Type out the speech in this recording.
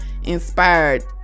inspired